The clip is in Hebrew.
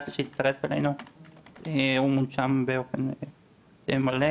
שביקשתי שיצטרף אלינו והוא מונשם באופן מלא.